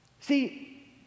See